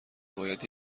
باید